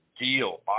deal